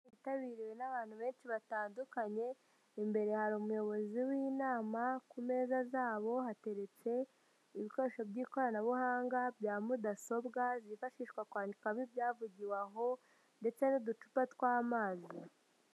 Inama yitabiriwe n'abantu benshi batandukanye, imbere hari umuyobozi w'inama, ku meza zabo hateretse ibikoresho by'ikoranabuhanga rya mudasobwa zifashishwa kwandikwamo ibyavugiwe aho ndetse n'uducupa tw'amazi.